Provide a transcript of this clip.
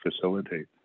facilitate